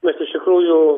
mes iš tikrųjų